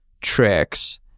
tricks